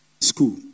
school